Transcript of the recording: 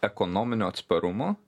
ekonominio atsparumo